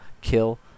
kill